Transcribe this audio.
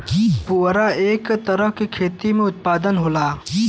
पुवरा इक तरह से खेती क उत्पाद होला